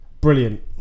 Brilliant